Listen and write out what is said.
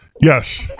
Yes